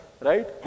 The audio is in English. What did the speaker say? Right